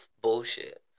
Bullshit